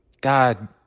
God